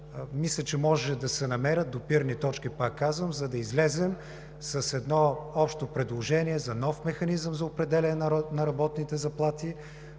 мисля, че могат да се намерят допирни точки, пак казвам, за да излезем с едно общо предложение за нов механизъм за определяне на работните заплати